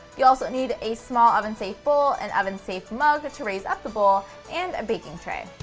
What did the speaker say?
you also need a small oven safe bowl, and oven safe mug to raise up the bowl, and a baking tray.